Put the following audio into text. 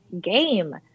game